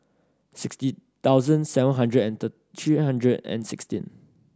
sixty thousand seven hundred and three hundred and sixteen